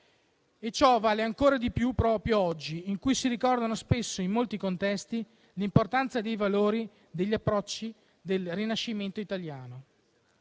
Ciò vale ancor di più proprio oggi, in cui si ricordano spesso in molti contesti l'importanza dei valori e degli approcci del Rinascimento italiano.